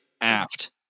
aft